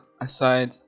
aside